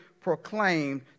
proclaimed